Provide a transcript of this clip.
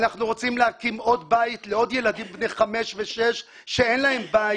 אנחנו רוצים להקים עוד בית לעוד ילדים בין 5-6 שאין להם בית.